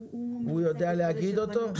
הוא יודע להגיד אותו?